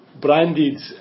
branded